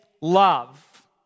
love